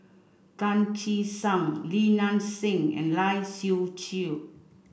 Tan Che Sang Li Nanxing and Lai Siu Chiu